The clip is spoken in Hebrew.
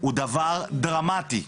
הוא דבר דרמטי,